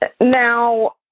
Now